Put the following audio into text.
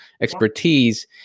expertise